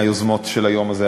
מהיוזמות של היום הזה,